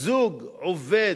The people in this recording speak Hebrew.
זוג עובד,